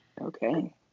Okay